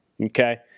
okay